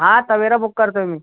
हा Tavera book करतोय मी